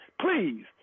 Please